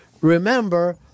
Remember